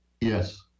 Yes